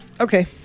Okay